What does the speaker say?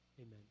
Amen